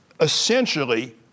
essentially